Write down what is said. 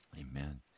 Amen